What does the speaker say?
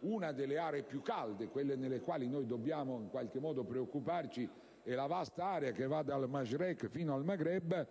una delle aree più calde, quelle delle quali dobbiamo preoccuparci, è la vasta area che va dal Mashrek fino al Maghreb.